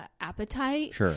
appetite